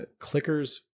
clickers